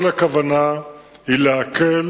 כל הכוונה היא להקל